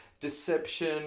deception